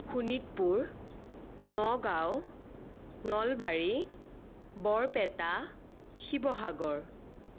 Sonitpur Nagaon Nalbari Barpeta Sivasagar